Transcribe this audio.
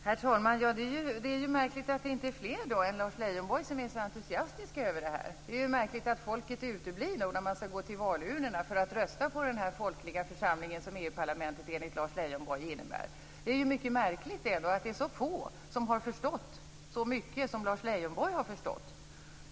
Herr talman! Det är märkligt att det inte är fler än Lars Leijonborg som är så entusiastiska över det här. Det är ju märkligt att folket uteblir när man skall gå till valurnorna för att rösta på denna folkliga församling som EU-parlamentet, enligt Lars Leijonborg, innebär. Det är mycket märkligt att det är så få som har förstått så mycket som Lars Leijonborg har förstått.